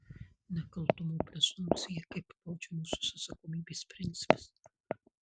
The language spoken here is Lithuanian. nekaltumo prezumpcija kaip baudžiamosios atsakomybės principas